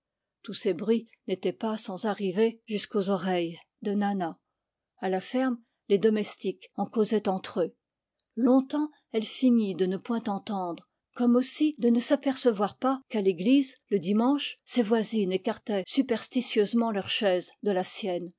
tous ces bruits n'étaient pas sans arriver jusqu'aux oreilles de nànna a la ferme les domestiques en causaient entre eux longtemps elle feignit de né pôint entendre comme aussi de ne s'apercevoir pas qu'à l'église le dimanche ses voisines écartaient superstitieusement leurs chaises de la sienne